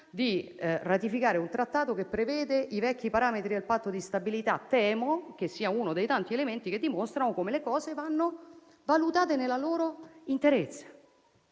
di ratificare un trattato che prevede i vecchi parametri del Patto di stabilità. Temo che questo sia uno dei tanti elementi che dimostrano come le cose vadano valutate nella loro interezza,